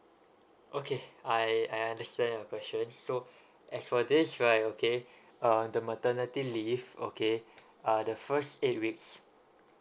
okay I I understand your question so as for this right okay uh the maternity leave okay uh the first eight weeks